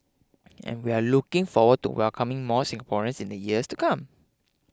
and we're looking forward to welcoming more Singaporeans in the years to come